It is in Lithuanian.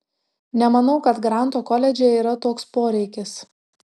nemanau kad granto koledže yra toks poreikis